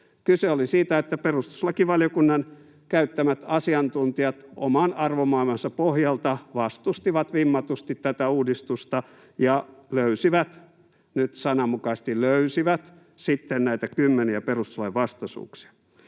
Kyse oli siitä, että perustuslakivaliokunnan käyttämät asiantuntijat oman arvomaailmansa pohjalta vastustivat vimmatusti tätä uudistusta ja löysivät — sananmukaisesti löysivät — sitten näitä kymmeniä perustuslainvastaisuuksia.